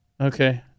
Okay